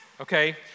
okay